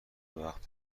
وقت